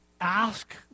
ask